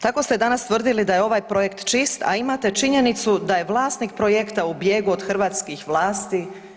Tako ste danas tvrdili da je ovaj projekt čist, a imate činjenicu da je vlasnik projekta u bijegu od hrvatskih vlasti.